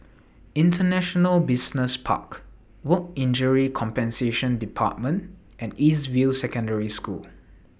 International Business Park Work Injury Compensation department and East View Secondary School